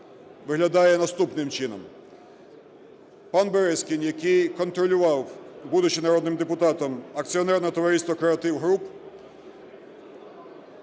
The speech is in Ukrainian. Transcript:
виглядає наступним чином. Пан Березкін, який контролював, будучи народним депутатом, акціонерне товариство "Креатив Груп",